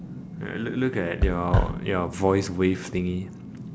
uh look look at your your voice wave thingy